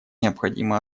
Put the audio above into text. необходимо